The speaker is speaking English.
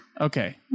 Okay